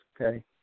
okay